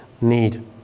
need